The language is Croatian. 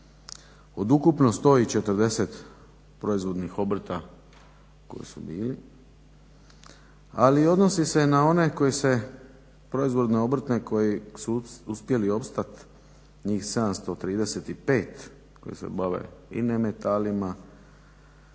od ukupno 140 proizvodnih obrta koji su bili, ali odnosi se na one koji se, proizvodne obrte koji su uspjeli opstati njih 735 koji se bave i nemetalima,